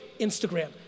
Instagram